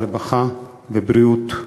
הרווחה והבריאות,